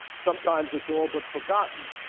sometimes it's all but forgotten.